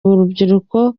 rubyiruko